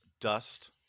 dust